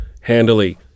handily